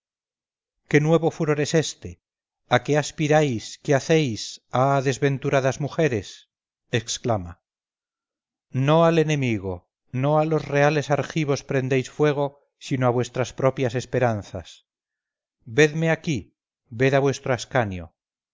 qué nuevo furor es este a qué aspiráis qué hacéis ah desventuradas mujeres exclama no al enemigo no a los reales argivos prendéis fuego sino a vuestras propias esperanzas vedme aquí ved a vuestro